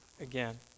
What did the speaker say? again